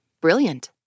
Brilliant